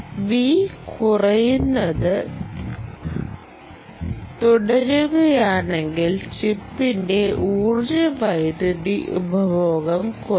v കുറയുന്നത് തുടരുകയാണെങ്കിൽ ചിപ്പിന്റെ ഊർജ്ജ വൈദ്യുതി ഉപഭോഗവും കുറയും